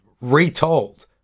retold